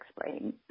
explain